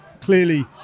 clearly